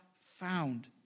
found